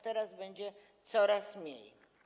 Teraz będzie ich coraz mniej.